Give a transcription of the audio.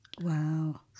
wow